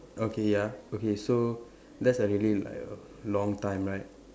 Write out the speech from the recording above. okay ya okay so that's a really like a long time right